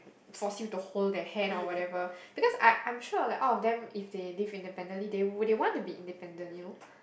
force you to hold their hand or whatever because I I'm sure like all of them if they live independently they will they want to be independent you know